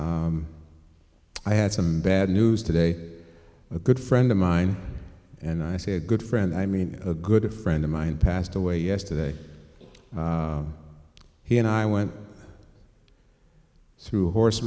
i i had some bad news today a good friend of mine and i said good friend i mean a good friend of mine passed away yesterday he and i went through a horse